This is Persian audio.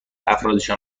افرادشان